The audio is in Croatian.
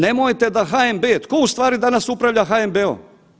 Nemojte da HNB, tko u stvari danas upravlja HNB-om?